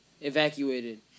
evacuated